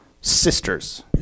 sisters